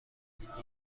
دیدار